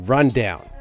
Rundown